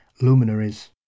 luminaries